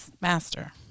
master